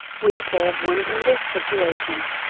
we say of one in this situation.